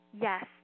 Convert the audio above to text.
Yes